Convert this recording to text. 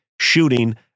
shooting